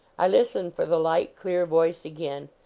i listen for the light, clear voice again.